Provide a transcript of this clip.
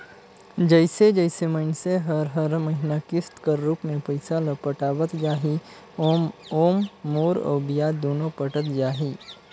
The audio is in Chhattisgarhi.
जइसे जइसे मइनसे हर हर महिना किस्त कर रूप में पइसा ल पटावत जाही ओाम मूर अउ बियाज दुनो पटत जाही